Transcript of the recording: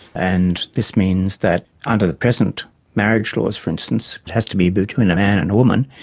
and this means that under the present marriage laws, for instance, it has to be between a man and a woman.